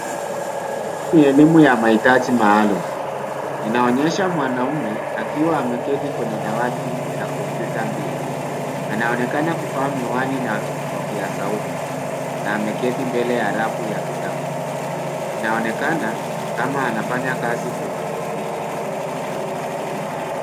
Hii ni elimu ya mahitaji maalum. Inaonyesha mwanaume akiwa ameketi kwenye dawati na kompyuta mbili. Anaonekana kuvaa miwani na kupokea sauti na ameketi mbele ya rafu ya vitabu. Inaonekana kama anafanya kazi kwenye kompyuta.